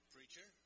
Preacher